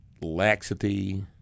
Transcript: laxity